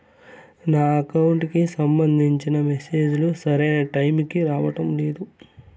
నా అకౌంట్ కి సంబంధించిన మెసేజ్ లు సరైన టైముకి రావడం లేదు